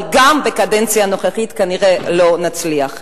אבל גם בקדנציה הנוכחית כנראה לא נצליח.